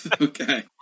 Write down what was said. Okay